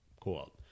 Cool